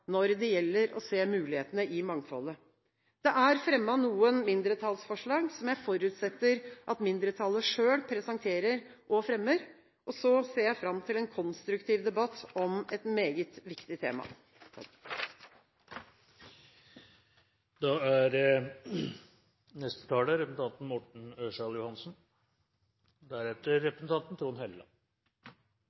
når det gjelder å se mulighetene i mangfoldet. Det er fremmet noen mindretallsforslag, som jeg forutsetter at mindretallet selv presenterer og fremmer. Og så ser jeg fram til en konstruktiv debatt om et meget viktig tema. Jeg vil først takke saksordføreren for en god gjennomgang av saken. Som saksordføreren også sier, er